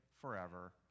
forever